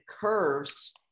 curves